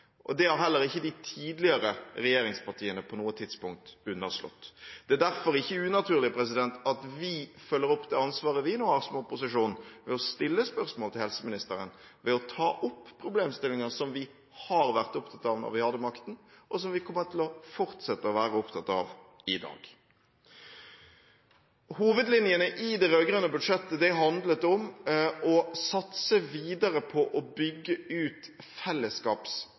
utfordringer. Det har heller ikke de tidligere regjeringspartiene på noe tidspunkt underslått. Det er derfor ikke unaturlig at vi følger opp det ansvaret vi nå har som opposisjon, ved å stille spørsmål til helseministeren, ved å ta opp problemstillinger som vi var opptatt av da vi hadde makten, og som vi kommer til å fortsette å være opptatt av i dag. Hovedlinjene i det rød-grønne budsjettet handlet om å satse videre på å bygge ut